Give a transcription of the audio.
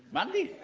mandy,